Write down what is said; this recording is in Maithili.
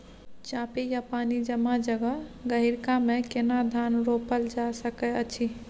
चापि या पानी जमा जगह, गहिरका मे केना धान रोपल जा सकै अछि?